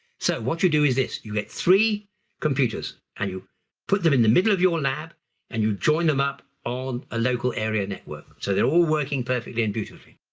so what you do is this. you get three computers and you put them in the middle of your lab and you join them up on a local area network so they're all working perfectly and beautifully.